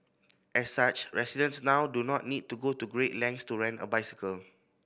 as such residents now do not need to go to great lengths to rent a bicycle